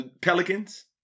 Pelicans